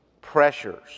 pressures